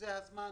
זה הזמן